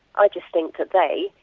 i just think that they,